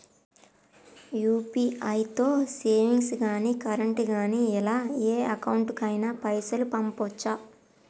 UPI తో savings గాని current గాని ఇలా ఏ అకౌంట్ కైనా పైసల్ పంపొచ్చా?